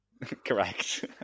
Correct